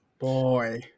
Boy